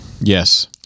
Yes